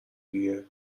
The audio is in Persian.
دیگه